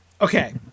Okay